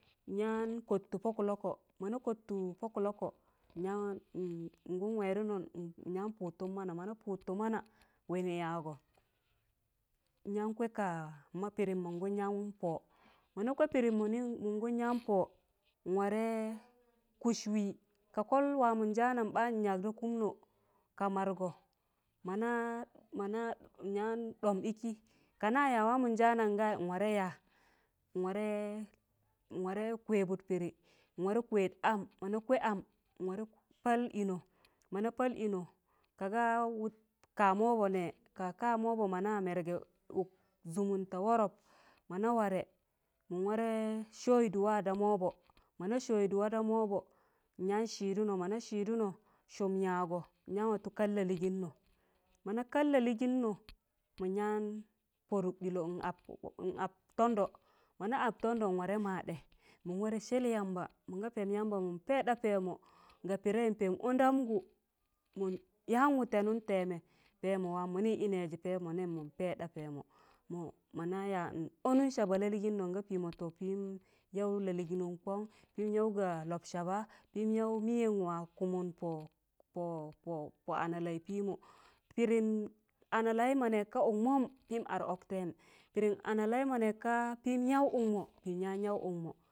Nyam kọt tụ pọ kịlọkọ mọna kọt tụ pọ kụlọkọ nyam, ngụm wẹẹ dụnọn nyam pụtụm mana mọna pụtụn mana wịịnị yaagọ nya gwai ka ma pịịdịm mọn gan yanpọ mọna gwai pịịdịm mọngụm yan pọ nwarẹ kụs wịị ka kọl wamọn njanam ɓaan nyak da kụmnụ ka madgọ mana mana nyan ɗọmb ịkịi kana yaịz wamọn njamam ga nwargọ yaa, nwarẹ, nwarẹ gwai am mọna gwai am mwarẹ paal inọ mọna paal inọ kaaga wụt ka ma wọbọ nẹ ka ka ma wọbọ mọna mẹrgẹ ụk zumunta wọrọp mọna warẹ min warẹ sọọụ dụ wa da ma wọbọ mọna sọọụ dụ waa da ma wọbọ nyan sịdụnọ mọna sịdụnọ sụụm yaagọ nyan watụ kal laliinọ, mọna kal lalịịgịnọ mịn yan pọdụk ɗịlọ n ap tandọ mọna ap tandọ nwarẹ maadẹ mọn warẹ sọl yamba mọnga pẹẹm yamba mịn payụkl da pẹẹmẹ ga pịdẹị pẹẹm ọndam gụ mịn yan wụtẹnụm tẹẹmẹ pẹẹmọ wam mini dụm nẹịzị pẹẹm nẹm mịn payụk da pẹẹmọ mọ mọna yaa n ọnụn saaba laliinọ nga pimọ tọ pịm yaụ lalịịgịnnọ kọn pịm yaụ ga lọp saaba, pịm yaụ mịyẹm waa kụmụn po po pọ pọ analaị, pịmọ pịdịm analai ma nẹ ka ụkmọm pịm ad ọk tẹẹm pịdịm analaị ma nẹ ka pịm yaụ ọkmọ pịm yan yaụ ụkmọ.